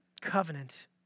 covenant